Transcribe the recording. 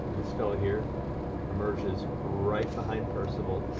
this fellow here emerges right behind percival,